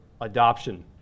adoption